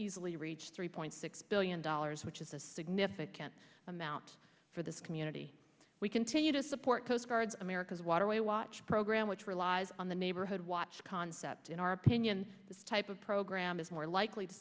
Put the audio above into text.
easily reach three point six billion dollars which is a significant amount for this community we continue to support coastguards america's waterway watch program which relies on the neighborhood watch concept in our opinion this type of program is more likely to